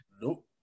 Nope